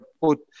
put